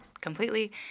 completely